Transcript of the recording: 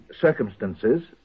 circumstances